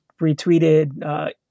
retweeted